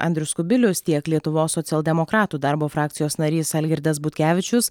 andrius kubilius tiek lietuvos socialdemokratų darbo frakcijos narys algirdas butkevičius